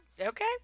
Okay